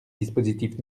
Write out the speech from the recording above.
dispositif